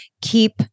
Keep